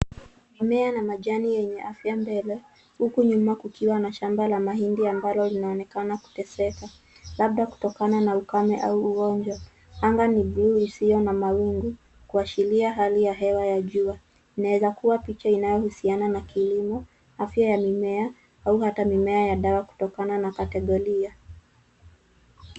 Mimea na majani yenye afya mbele huku nyuma kukiwa na shamba la mahindi ambalo linaonekana kuteseka labda kutokana na ukame au ugonjwa. Anga ni buluu isiyo na mawingu kuashiria hali ya hewa ya jua. Inaweza kuwa picha inayohusiana na kilimo, afya ya mimea au hata mimea ya dawa kutokana na kategoria.